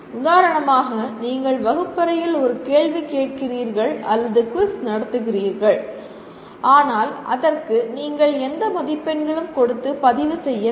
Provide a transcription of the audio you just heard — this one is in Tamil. உதாரணமாக நீங்கள் வகுப்பறையில் ஒரு கேள்வி கேட்கிறீர்கள் அல்லது குவிஸ் நடத்துகிறீர்கள் ஆனால் அதற்கு நீங்கள் எந்த மதிப்பெண்களும் கொடுத்து பதிவு செய்யவில்லை